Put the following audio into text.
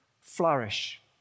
flourish